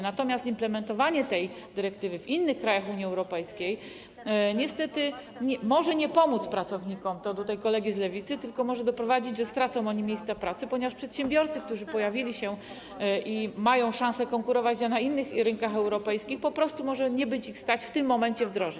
Natomiast implementowanie tej dyrektywy w innych krajach Unii Europejskiej niestety może nie pomóc pracownikom - to do kolegi z Lewicy - tylko może doprowadzić do tego, że stracą oni miejsca pracy, ponieważ przedsiębiorcy, którzy pojawili się i mają szansę konkurować na innych rynkach europejskich, po prostu mogą nie być w stanie w tym momencie tego wdrożyć.